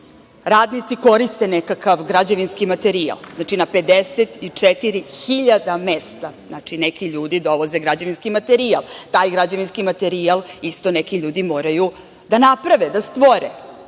radnici koriste nekakav građevinski materijal. Znači, na 54.000 mesta neki ljudi dovoze građevinski materijal. Taj građevinski materijal isto neki ljudi moraju da naprave, da stvore.